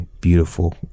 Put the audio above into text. beautiful